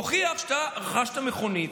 תוכיח שרכשת מכונית.